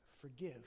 forgive